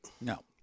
No